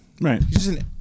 Right